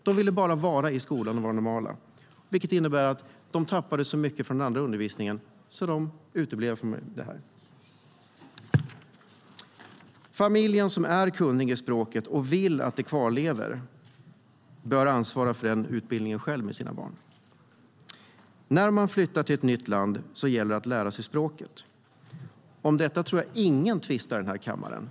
De ville vara som alla andra i skolan, och när de tappade en massa från övrig undervisning uteblev de från modersmålsundervisningen. När man flyttar till ett nytt land gäller det att lära sig språket. Om detta tvistar nog ingen i denna kammare.